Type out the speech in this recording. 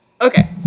Okay